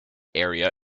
area